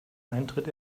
eintritt